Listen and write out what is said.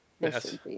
Yes